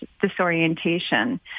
disorientation